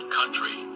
country